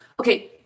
Okay